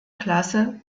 klasse